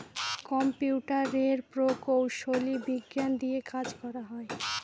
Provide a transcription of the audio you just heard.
কম্পিউটারের প্রকৌশলী বিজ্ঞান দিয়ে কাজ করা হয়